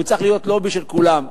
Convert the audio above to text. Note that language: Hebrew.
הוא צריך להיות לובי של כולם.